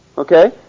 Okay